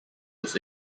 was